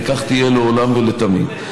וכך תהיה לעולם ולתמיד.